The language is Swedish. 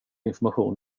information